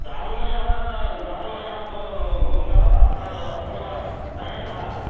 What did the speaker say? दारुमयः दारुमयः तु गोष्ठः वा ता अथवा आयासः